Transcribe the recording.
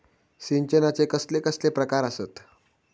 सिंचनाचे कसले कसले प्रकार आसत?